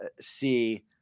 see